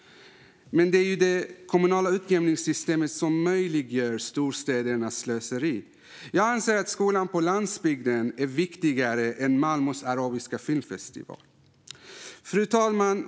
Men det är det kommunala utjämningssystemet som möjliggör storstädernas slöseri. Jag anser att skolan på landsbygden är viktigare än Malmös arabiska filmfestival. Fru talman!